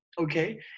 okay